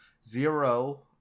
Zero